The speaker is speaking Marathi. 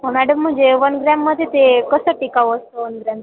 हो मॅडम म्हणजे वन ग्रॅम मध्ये ते कसं टिकाऊ असतं वन ग्रॅमचं